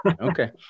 Okay